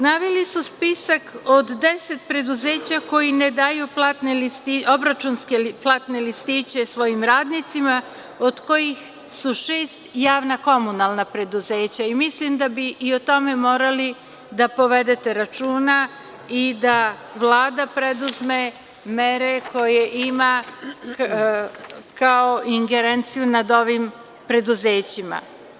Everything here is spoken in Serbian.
Naveli su spisak od 10 preduzeća koji ne daju obračunske platne listiće svojim radnicima, od kojih su šest javna komunalna preduzeća i mislim da bi i o tome morali da povedete računa i da Vlada preduzme mere koje ima kao ingerenciju nad ovim preduzećima.